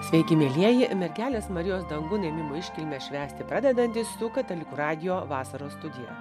sveiki mielieji mergelės marijos dangun ėmimo iškilmę švęsti pradedantys su katalikų radijo vasaros studija